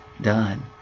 done